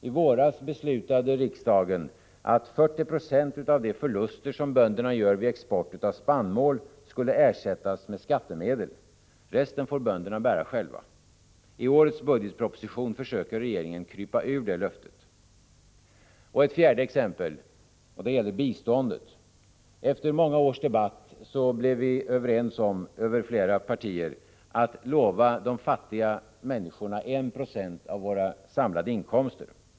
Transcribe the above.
I våras beslutade riksdagen att 40 26 av de förluster bönderna gör vid export av spannmål skulle ersättas med skattemedel. Resten får bönderna bära själva. I årets budgetproposition försöker regeringen krypa ur det löftet. Mitt fjärde exempel gäller biståndet. Efter många års debatt blev vi överens om att lova de fattiga människorna i u-länderna 1 96 av våra samlade inkomster.